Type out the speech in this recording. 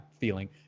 feeling